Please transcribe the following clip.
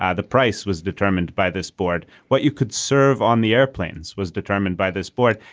ah the price was determined by this board what you could serve on the airplanes was determined by this board.